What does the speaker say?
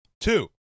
two